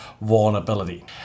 vulnerability